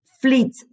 fleet